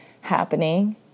happening